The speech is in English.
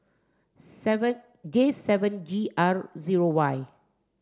seven J seven G R zero Y